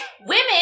women